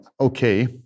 okay